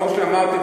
כמו שאמרתי,